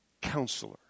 Counselor